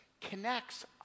connects